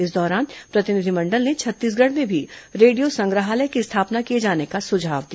इस दौरान प्रतिनिधिमंडल ने छत्तीसगढ़ में भी रेडियो संग्रहालय की स्थापना किए जाने का सुझाव दिया